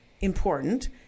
important